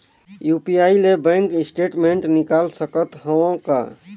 UPI ले bank statement निकाल सकत हवं का?